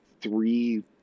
three